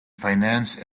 finance